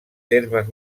termes